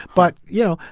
but, you know,